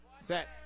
set